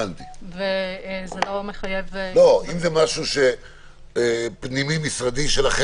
זה לא מחייב -- אם זה משהו פנים-משרדי שלכם